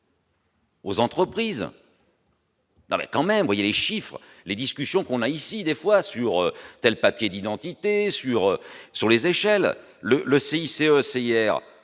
Aux entreprises. Non, mais quand même il y a les chiffres, les discussions qu'on a ici des fois, assure-t-elle, papiers d'identité sur sur les échelles le le CICE CIR